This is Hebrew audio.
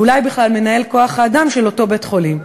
ואולי בכלל מנהל כוח-האדם של אותו בית-חולים?